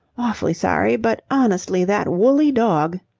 awfully sorry, but, honestly, that woolly dog.